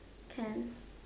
can